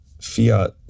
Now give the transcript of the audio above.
fiat